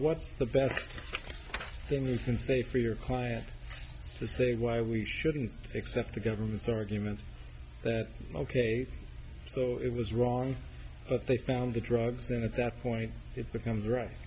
what's the best thing you can say for your client to say why we shouldn't accept the government's argument that ok so it was wrong they found the drugs and at that point it becomes right